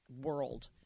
world